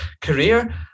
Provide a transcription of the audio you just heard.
career